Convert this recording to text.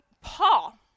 Paul